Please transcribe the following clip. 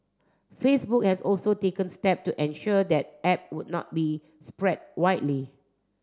Facebook has also taken step to ensure that app would not be spread widely